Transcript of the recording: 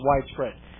widespread